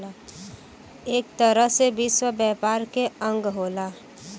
एक तरह से विश्व व्यापार के अंग होला